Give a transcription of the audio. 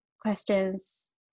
questions